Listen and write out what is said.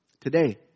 Today